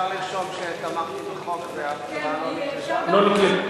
אפשר לרשום שתמכתי בחוק וההצבעה לא נקלטה?